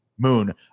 moon